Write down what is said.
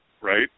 right